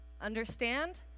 understand